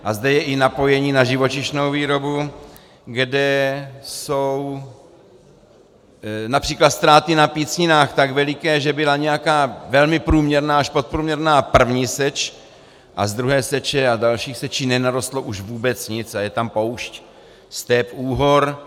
A zde je i napojení na živočišnou výrobu, kde jsou například ztráty na pícninách tak veliké, že byla nějaká velmi průměrná až podprůměrná první seč a z druhé seče a dalších sečí nenarostlo už vůbec nic a je tam poušť, step, úhor.